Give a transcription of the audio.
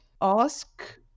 ask